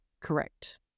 Correct